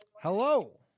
Hello